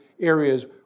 areas